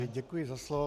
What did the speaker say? Děkuji za slovo.